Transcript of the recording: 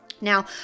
Now